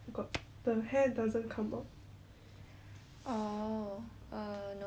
oh err no leh I got no such issues